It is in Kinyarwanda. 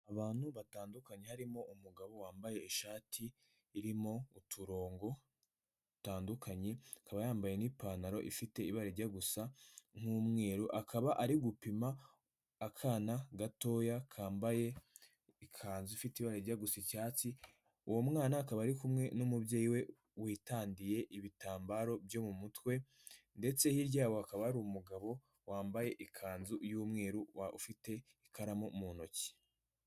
Abantu batandukanye harimo umugabo wambaye ishati irimo uturongo dutandukanye, akaba yambaye n'ipantaro ifite ibara rijya gusa nk'umweru, akaba ari gupima akana gatoya kambaye ikanzu ifite ibara rijya gusa icyatsi, uwo mwana akaba ari kumwe n'umubyeyi we witandiye ibitambaro byo mu mutwe ndetse hirya yabo hakaba hari umugabo wambaye ikanzu y'umweru ufite ikaramu mu ntoki.